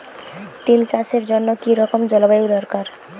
তিল চাষের জন্য কি রকম জলবায়ু দরকার?